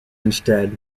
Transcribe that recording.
instead